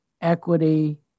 equity